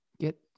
Get